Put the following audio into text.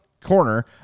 corner